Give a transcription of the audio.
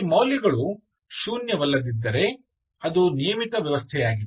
ಈ ಮೌಲ್ಯಗಳು ಶೂನ್ಯವಲ್ಲದಿದ್ದರೆ ಅದು ನಿಯಮಿತ ವ್ಯವಸ್ಥೆಯಾಗಿದೆ